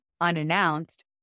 unannounced